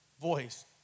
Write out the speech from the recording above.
voice